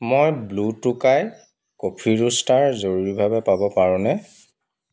মই blue Tokai coffee roasters জৰুৰীভাৱে পাব পাৰোঁনে